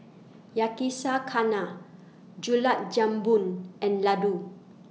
Yakizakana Gulab Jamun and Ladoo